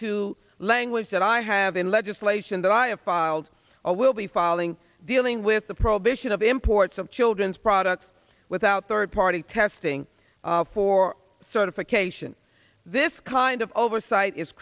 to language that i have in legislation that i have filed a will be filing dealing with the prohibition of imports of children's products without third party testing for certification this kind of oversight is